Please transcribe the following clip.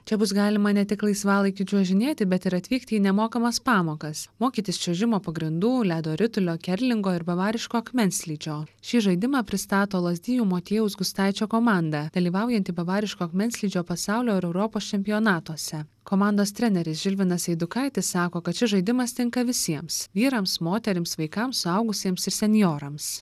čia bus galima ne tik laisvalaikiu čiuožinėti bet ir atvykti į nemokamas pamokas mokytis čiuožimo pagrindų ledo ritulio kerlingo ir bavariško akmenslydžio šį žaidimą pristato lazdijų motiejaus gustaičio komanda dalyvaujanti bavariško akmenslydžio pasaulio ir europos čempionatuose komandos treneris žilvinas eidukaitis sako kad šis žaidimas tinka visiems vyrams moterims vaikams suaugusiems ir senjorams